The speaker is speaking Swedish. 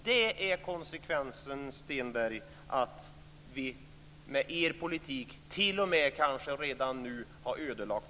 Det är konsekvensen, Stenberg, av att vi med er politik t.o.m. kanske redan nu har ödelagt